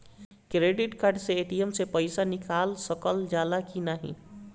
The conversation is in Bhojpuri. क्रेडिट कार्ड से ए.टी.एम से पइसा निकाल सकल जाला की नाहीं?